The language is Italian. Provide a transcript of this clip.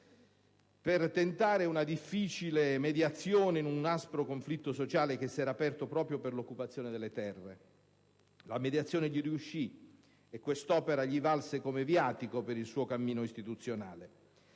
per tentare una difficile mediazione in un aspro conflitto sociale che si era aperto proprio per l'occupazione delle terre. La mediazione gli riuscì, e questa opera gli valse come viatico per il suo cammino istituzionale.